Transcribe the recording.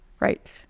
right